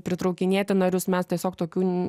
pritraukinėti narius mes tiesiog tokių